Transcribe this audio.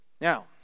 Now